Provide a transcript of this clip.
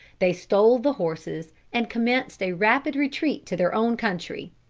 they stole the horses, and commenced a rapid retreat to their own country.